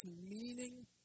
meaning